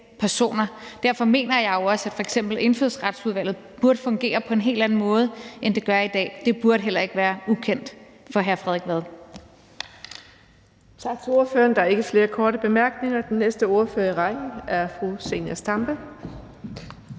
personer. Derfor mener jeg jo også, at f.eks. Indfødsretsudvalget burde fungere på en helt anden måde, end det gør i dag. Det burde heller ikke være ukendt for hr. Frederik Vad.